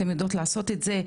אתן יודעות לעשות את זה,